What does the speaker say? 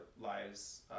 lives